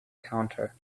counter